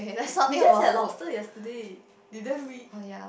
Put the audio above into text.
we we just had lobster yesterday didn't we